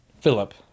Philip